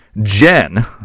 Jen